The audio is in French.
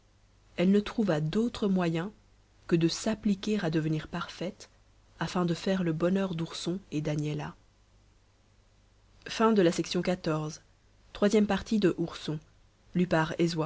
elle ne trouva d'autre moyen que de s'appliquer à devenir parfaite afin de faire le bonheur d'ourson et d'agnella